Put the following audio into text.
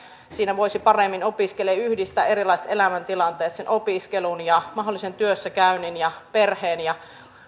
siinä voisi paremmin opiskelija yhdistää erilaiset elämäntilanteet sen opiskelun ja mahdollisen työssäkäynnin ja perheen